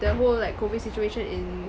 the whole like COVID situation in